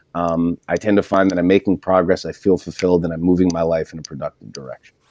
um i tend to find that i'm making progress, i feel fulfilled that i'm moving my life in a productive direction